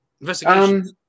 Investigation